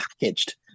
packaged